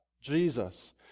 Jesus